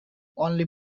only